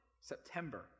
September